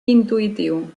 intuïtiu